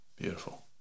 Beautiful